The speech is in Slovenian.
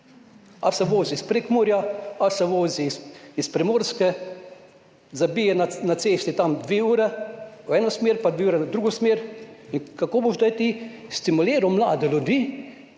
Ali se vozi iz Prekmurja ali se vozi s Primorske, zabije na cesti tam dve uri v eno smer in dve uri v drugo smer. Kako boš zdaj ti stimuliral mlade ljudi,